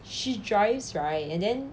she drives right and then